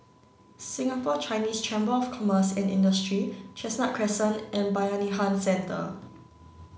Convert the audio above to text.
Singapore Chinese Chamber of Commerce and Industry Chestnut Crescent and Bayanihan Centre